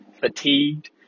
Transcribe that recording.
fatigued